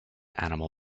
animal